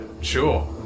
sure